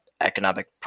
economic